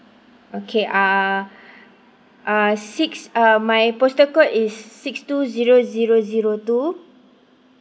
okay uh uh six uh my postal code is six two zero zero zero two